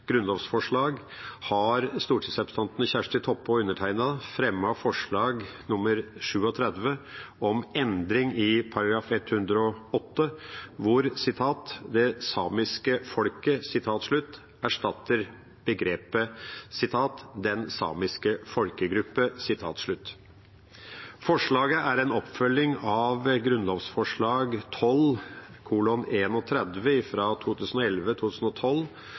grunnlovsforslag, har stortingsrepresentantene Kjersti Toppe og undertegnede fremmet et forslag om endring i § 108, hvor «det samiske folket» erstatter begrepet «den samiske folkegruppa». Forslaget er en oppfølging av grunnlovsforslag